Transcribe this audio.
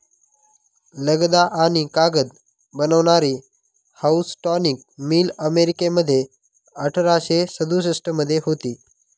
लगदा आणि कागद बनवणारी हाऊसटॉनिक मिल अमेरिकेमध्ये अठराशे सदुसष्ट मध्ये होती